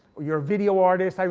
or you're video artist.